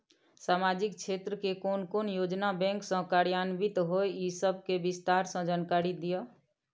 सामाजिक क्षेत्र के कोन कोन योजना बैंक स कार्यान्वित होय इ सब के विस्तार स जानकारी दिय?